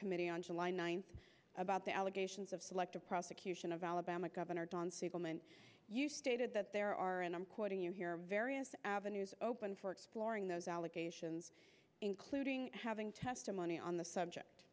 committee on july ninth about the allegations of selective prosecution of alabama governor don siegelman you stated that there are and i'm quoting you here various avenues open for exploring those allegations including having testimony on the